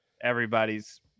everybody's